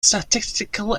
statistical